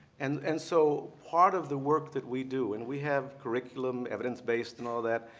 and and so part of the work that we do and we have curriculum, evidence based and all that.